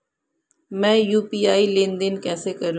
मैं यू.पी.आई लेनदेन कैसे करूँ?